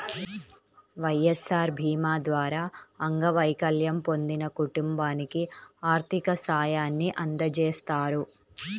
వైఎస్ఆర్ భీమా ద్వారా అంగవైకల్యం పొందిన కుటుంబానికి ఆర్థిక సాయాన్ని అందజేస్తారు